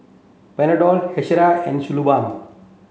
Panadol Hiruscar and Suu balm